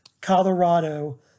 Colorado